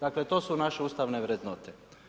Dakle, to su naše ustavne vrednote.